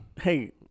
Hey